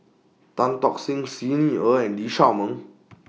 Tan Tock Seng Xi Ni Er and Lee Shao Meng